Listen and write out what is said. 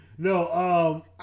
No